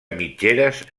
mitgeres